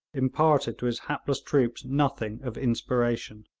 imparted to his hapless troops nothing of inspiration.